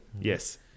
Yes